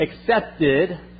accepted